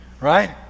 right